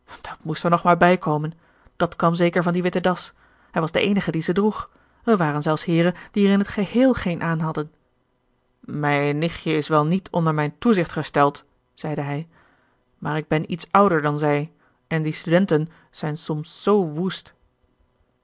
dat moest er nog maar bijkomen dat kwam zeker van die witte das hij was de eenige die ze droeg er waren zelfs heeren die er in t geheel geen aanhadden mijn nichtje is wel niet onder mijn toezicht gesteld zeide hij maar ik ben iets ouder dan zij en die studenten zijn soms zoo woest